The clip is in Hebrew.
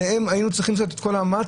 עליהם היו צריכים לעשות את כל המאמץ